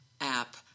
app